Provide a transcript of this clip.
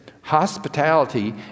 Hospitality